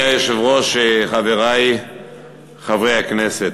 אדוני היושב-ראש, חברי חברי הכנסת,